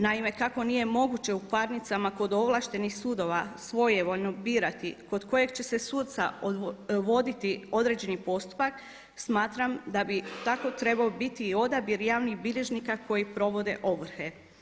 Naime, kako nije moguće u parnicama kod ovlaštenih sudova svojevoljno birati kod kojeg će se suca voditi određeni postupak smatram da bi tako trebao biti i odabir javnih bilježnika koji provode ovrhe.